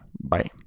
Bye